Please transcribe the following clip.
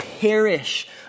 perish